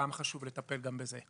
גם חשוב לטפל גם בזה.